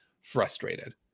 frustrated